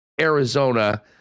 Arizona